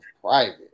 private